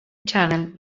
channel